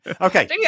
Okay